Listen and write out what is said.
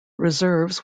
reserves